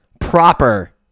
proper